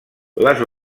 les